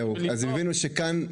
והבינו שלא יוכלו לצעוק כאן.